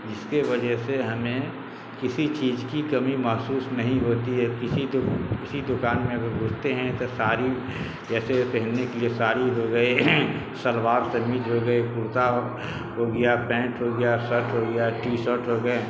جس کے وجہ سے ہمیں کسی چیز کی کمی محسوس نہیں ہوتی ہے کسی کسی دکان میں اگر ڈھونڈتے ہیں تو ساری جیسے پہننے کے لیے ساری ہو گئے سلوار قمیض ہو گئے کرتا ہو گیا پینٹ ہو گیا شرٹ ہو گیا ٹی شرٹ ہو گئے